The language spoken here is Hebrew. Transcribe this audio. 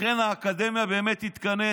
לכן האקדמיה באמת תתכנס.